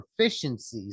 proficiencies